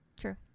True